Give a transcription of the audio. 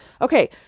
Okay